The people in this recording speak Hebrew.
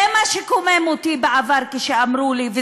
זה מה שקומם אותי בעבר כשאמרו לי כך,